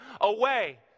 away